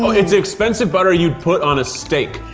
it's expensive butter you'd put on a steak.